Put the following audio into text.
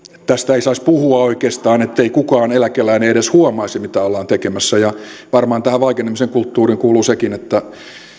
tästä ei saisi puhua oikeastaan ettei kukaan eläkeläinen edes huomaisi mitä ollaan tekemässä ja varmaan tähän vaikenemisen kulttuuriin kuuluu sekin että